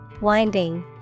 Winding